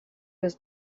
was